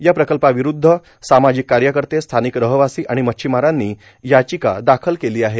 या प्रकल्पाविरूद्ध सामाजिक कार्यकर्ते स्थानिक रहिवासी आणि मच्छिमारांनी याचिका दाखल केली आहे